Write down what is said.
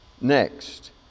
Next